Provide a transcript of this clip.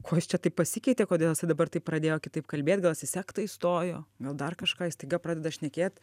ko jis čia taip pasikeitė kodėl jisai dabar taip pradėjo kitaip kalbėt gal jis į sektą įstojo gal dar kažką jis staiga pradeda šnekėt